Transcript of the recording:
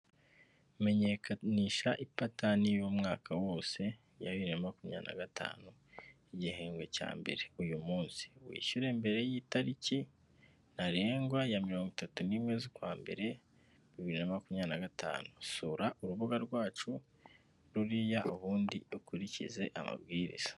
Menyekanisha ipatane y'umwaka wose ya bibiri na makumyabiri na gatanu, igihembwe cya mbere uyu munsi, wishyure mbere y'itariki ntarengwa ya mirongo itatu n'imwe z'ukwa mbere, bibiri na makumyabiri na gatanu. Sura urubuga rwacu ruriya ubundi ukurikize amabwiriza.